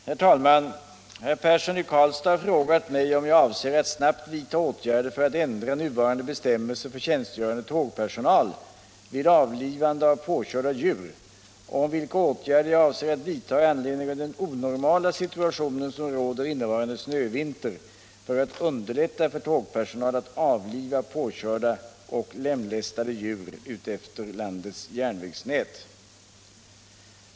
Herr talman! Herr Persson i Karlstad har frågat mig om jag avser att snabbt vidta åtgärder för att ändra nuvarande bestämmelser för tjänst jag avser att vidta i anledning av den onormala situation som råder in Torsdagen den nevarande ”snövinter” för att underlätta för tågpersonal att avliva på 17 februari 1977 körda och lemlästade djur utefter landets järnvägsnät.